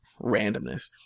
randomness